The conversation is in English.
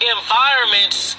Environments